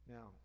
Now